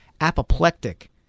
apoplectic